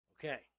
okay